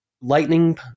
lightning